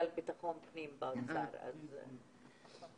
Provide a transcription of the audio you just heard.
פחות ממיליארד.